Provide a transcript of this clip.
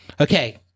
Okay